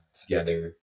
together